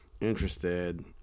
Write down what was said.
interested